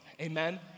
Amen